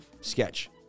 sketch